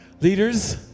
leaders